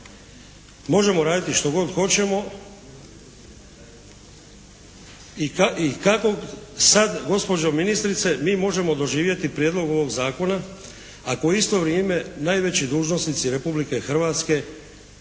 Možemo raditi što god hoćemo i kako sad gospođo ministrice mi možemo doživjeti prijedlog ovog zakona ako u isto vrijeme najveći dužnosnici Republike Hrvatske